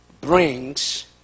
brings